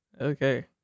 okay